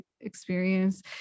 experience